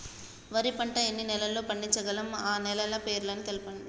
వరి పంట ఎన్ని నెలల్లో పండించగలం ఆ నెలల పేర్లను తెలుపండి?